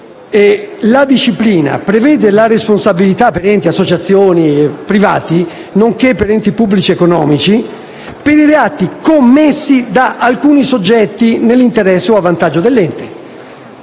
La disciplina prevede la responsabilità di enti, associazioni o privati, nonché di enti pubblici economici, per i reati commessi da alcuni soggetti nell'interesse o a vantaggio dell'ente.